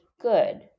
good